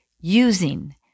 using